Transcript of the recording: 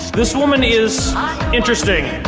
this woman is interesting.